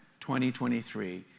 2023